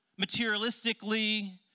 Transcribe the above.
materialistically